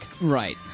Right